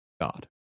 God